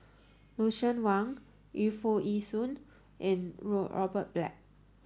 Lucien Wang Yu Foo Yee Shoon and Robert Black